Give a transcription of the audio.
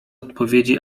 odpowiedzi